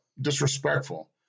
disrespectful